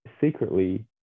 secretly